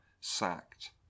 sacked